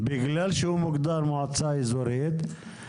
בגלל שהוא מוגדר מועצה אזורית,